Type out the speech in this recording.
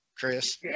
Chris